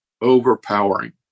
overpowering